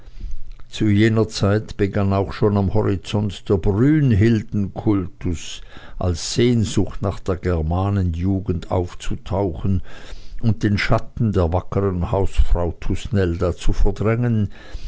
zu jener zeit begann auch schon am horizonte der brünhildenkultus als sehnsucht nach der germanenjugend aufzutauchen und den schatten der wackeren hausfrau thusnelda zu verdrängen